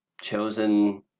chosen